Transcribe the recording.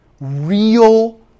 real